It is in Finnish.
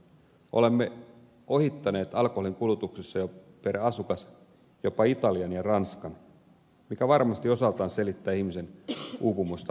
olemme jo ohittaneet alkoholin kulutuksessa per asukas jopa italian ja ranskan mikä varmasti osaltaan selittää ihmisten uupumusta myös työelämässä